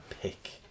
pick